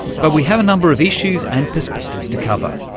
but we have a number of issues and perspectives to cover.